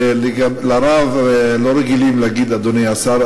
ולרב לא רגילים להגיד "אדוני השר",